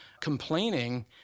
complaining